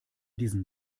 diesen